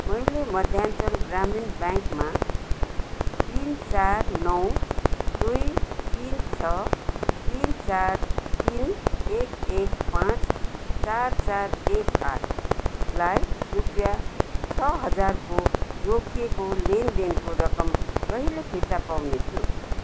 मैले मध्यानचल ग्रामीण ब्याङ्कमा तिन चार नौ दुई तिन छ तिन चार तिन एक एक पाँच चार चार एक आठलाई रुपयाँ छ हजारको रोकिएको लेनदेनको रकम कहिले फिर्ता पाउनेछु